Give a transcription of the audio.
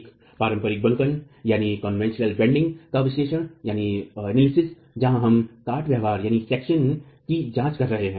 एक पारंपरिक बंकन का विश्लेषण जहां हम काट व्यवहार कि जाँच कर रहें है